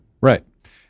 Right